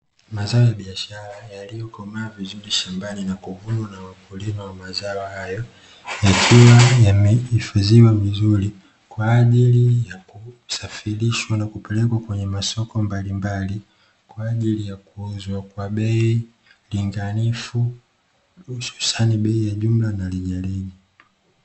Mazao ya biashara yaliyokomaa vizuri shambani na kuvumwa na wakulima wa mazao hayo, yakiwa yamehifadhiwa vizuri kwaajili ya kusafirishwa na kupelekwa kwenye masoko mbalimbali kwaajili ya kuuzwa kwa bei pinganifu hususani bei ya jumla na rejareja.